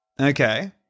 Okay